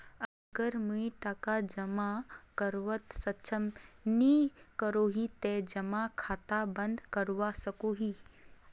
अगर मुई टका जमा करवात सक्षम नी करोही ते जमा खाता बंद करवा सकोहो ही?